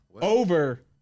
Over